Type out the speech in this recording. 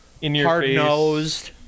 hard-nosed